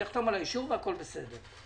אני אחתום על האישור והכול בסדר.